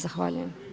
Zahvaljujem.